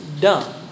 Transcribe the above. Dumb